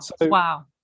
Wow